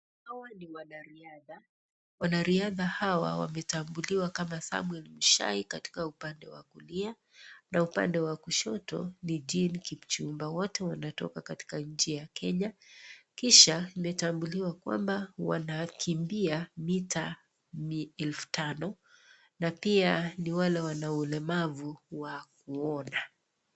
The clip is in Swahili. Hawa ni wanariadha, wanariadha hawa wametambuliwa kama Samwel Muchai katika upande wa kulia, na upande wa kushoto ni Jean Kipchumba. Wote wanatoka katika nchi ya Kenya, kisha imetambuliwa kwamba, wanakimbia mita 5000, na pia ni wale wana ulemavu wa kuona.